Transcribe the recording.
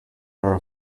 are